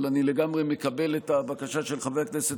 אבל אני לגמרי מקבל את הבקשה של חבר הכנסת